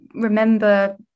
remember